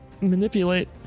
manipulate